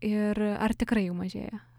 ir ar tikrai jų mažėja